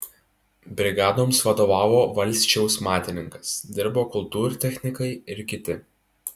brigadoms vadovavo valsčiaus matininkas dirbo kultūrtechnikai ir kiti